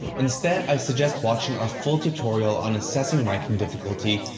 instead, i suggest watching our full tutorial on assessing ranking difficulty,